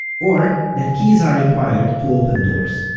or that keys are required to open doors.